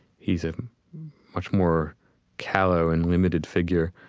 he's a much more callow and limited figure